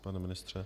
Pane ministře.